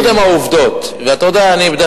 קודם העובדות, ואתה יודע, אני בדרך כלל מדייק.